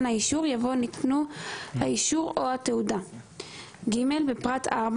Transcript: האישור" יבוא "ניתנו האישור או התעודה"; (ג) בפרט (4),